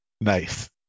Nice